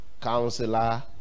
counselor